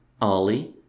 Ollie